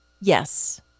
Yes